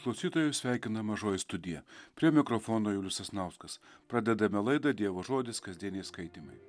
klausytojus sveikina mažoji studija prie mikrofono julius sasnauskas pradedame laidą dievo žodis kasdieniai skaitymai